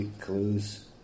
clues